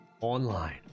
online